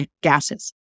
gases